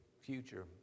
future